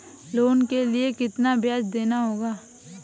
Loan के लिए कितना ब्याज देना होगा?